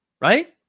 right